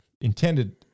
intended